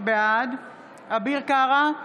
בעד אביר קארה,